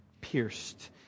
pierced